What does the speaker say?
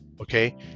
Okay